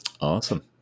Awesome